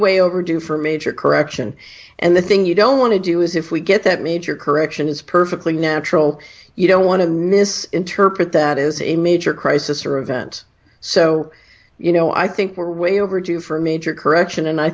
way overdue for a major correction and the thing you don't want to do is if we get that major correction is perfectly natural you don't want to miss interpret that is a major crisis or event so you know i think we're way overdue for a major correction and i